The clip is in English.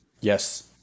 yes